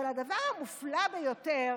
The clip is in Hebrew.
אבל הדבר המופלא ביותר